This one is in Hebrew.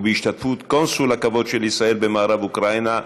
ובהשתתפות קונסול הכבוד של ישראל במערב אוקראינה,